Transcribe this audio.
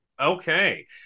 Okay